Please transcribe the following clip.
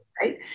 right